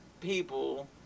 people